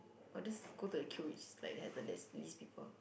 I'll just go to the queue which is like has the less least people